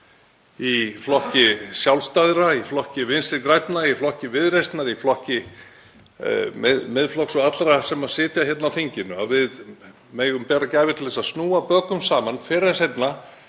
í flokki sjálfstæðra, í flokki Vinstri grænna, í flokki Viðreisnar, í flokki Miðflokks og allra sem sitja hér á þinginu, að við megum bera gæfu til þess að snúa bökum saman fyrr en seinna